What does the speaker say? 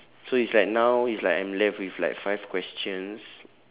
so it's like now it's like I'm left with like five questions